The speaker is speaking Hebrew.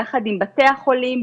ביחד עם בתי החולים,